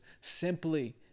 simply